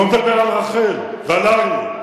אני לא מדבר על רחל, ועל אריה.